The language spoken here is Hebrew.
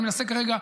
אני מנסה כרגע,